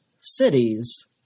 cities